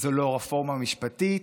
זו לא רפורמה משפטית,